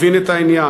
מבין את העניין.